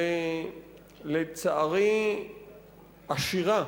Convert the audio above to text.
ולצערי עשירה,